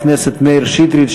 חבר הכנסת מאיר שטרית,